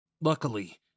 Luckily